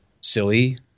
silly